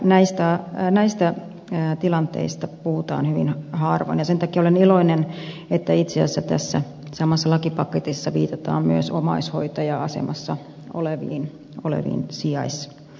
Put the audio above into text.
näistä tilanteista puhutaan hyvin harvoin ja sen takia olen iloinen että itse asiassa tässä samassa lakipaketissa viitataan myös omaishoitaja asemassa oleviin sijais tai perhehoitajiin